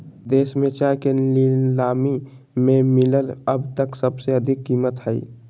देश में चाय के नीलामी में मिलल अब तक सबसे अधिक कीमत हई